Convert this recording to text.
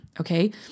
okay